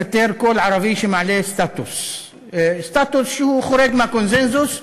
לפטר כל ערבי שמעלה סטטוס שחורג מהקונסנזוס,